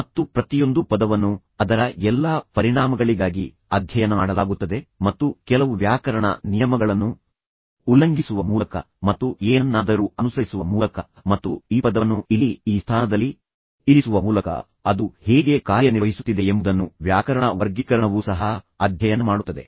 ಮತ್ತು ಪ್ರತಿಯೊಂದು ಪದವನ್ನು ಅದರ ಎಲ್ಲಾ ಪರಿಣಾಮಗಳಿಗಾಗಿ ಅಧ್ಯಯನ ಮಾಡಲಾಗುತ್ತದೆ ಮತ್ತು ಕೆಲವು ವ್ಯಾಕರಣ ನಿಯಮಗಳನ್ನು ಉಲ್ಲಂಘಿಸುವ ಮೂಲಕ ಮತ್ತು ಏನನ್ನಾದರೂ ಅನುಸರಿಸುವ ಮೂಲಕ ಮತ್ತು ಈ ಪದವನ್ನು ಇಲ್ಲಿ ಈ ಸ್ಥಾನದಲ್ಲಿ ಇರಿಸುವ ಮೂಲಕ ಅದು ಹೇಗೆ ಕಾರ್ಯನಿರ್ವಹಿಸುತ್ತಿದೆ ಎಂಬುದನ್ನು ವ್ಯಾಕರಣ ವರ್ಗೀಕರಣವೂ ಸಹ ಅಧ್ಯಯನ ಮಾಡುತ್ತದೆ